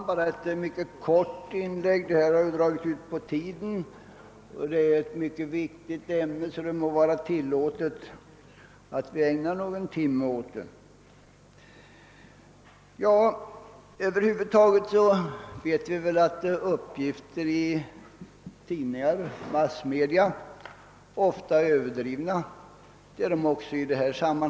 Herr talman! Denna debatt har dragit ut på tiden, men ämnet är mycket viktigt, så det bör vara tillåtet att ägna någon timme åt att debattera det. Mitt inlägg skall emellertid nu bli mycket kort. Vi vet väl alla att uppgifterna i tidningar och massmedia ofta är överdrivna. Det är de också i detta fall.